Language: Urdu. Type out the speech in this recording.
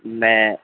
میں